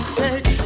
take